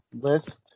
list